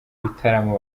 bitaramo